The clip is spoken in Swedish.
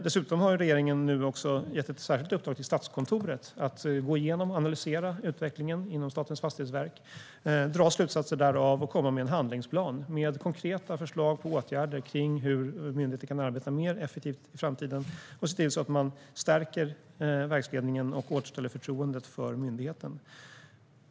Dessutom har regeringen nu gett ett särskilt uppdrag till Statskontoret att gå igenom och analysera utvecklingen inom Statens fastighetsverk, dra slutsatser därav och komma med en handlingsplan med konkreta förslag på åtgärder för hur myndigheten kan arbeta mer effektivt i framtiden samt se till hur man stärker verksledningen och återställer förtroendet för myndigheten.